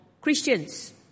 Christians